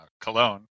Cologne